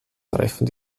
treffen